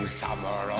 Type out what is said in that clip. summer